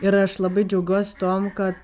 ir aš labai džiaugiuos tuom kad